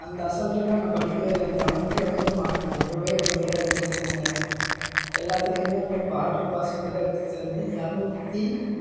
அந்த அசால்ட்டா நான் படிக்கவே இல்லை லெவன்த்தில் வந்து மார்க் ரொம்ப கம்மியாக தான் எடுத்து வெச்சுருந்தேன் எல்லாத்துலேயுமே பாட்ரு பாஸ் மட்டும்தான் எடுத்து வெச்சுருந்தேன் இரநூத்தி